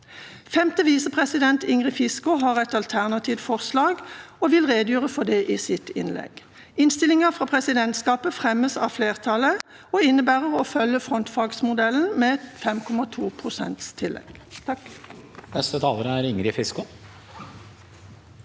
Femte visepresident Ingrid Fiskaa har alternative forslag og vil redegjøre for det i sitt innlegg. Innstillinga fra presidentskapet fremmes av flertallet og innebærer å følge frontfagsmodellen med 5,2 pst. tillegg.